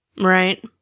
Right